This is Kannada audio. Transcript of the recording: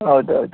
ಹೌದೌದು